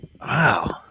Wow